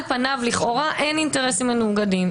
על פניו לכאורה אין אינטרסים מנוגדים,